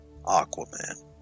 Aquaman